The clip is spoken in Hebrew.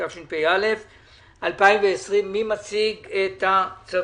התשפ"א-2020; הצעת צו